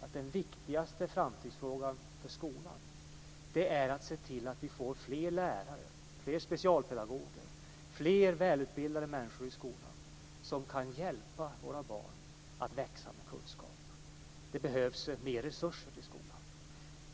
att den viktigaste framtidsfrågan för skolan är att vi ser till att vi får fler lärare, fler specialpedagoger och fler välutbildade människor i skolan som kan hjälpa våra barn att växa med kunskap. Det behövs mer resurser till skolan.